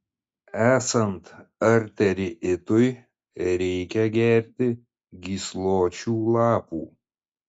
esant arteriitui reikia gerti gysločių lapų